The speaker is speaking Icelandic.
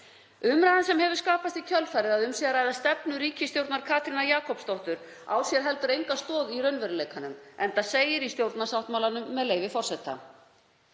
Umræðan sem hefur skapast í kjölfarið, að um sé að ræða stefnu ríkisstjórnar Katrínar Jakobsdóttur, á sér heldur enga stoð í raunveruleikanum enda segir í stjórnarsáttmálanum, með leyfi forseta: